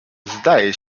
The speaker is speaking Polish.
zdaje